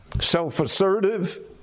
self-assertive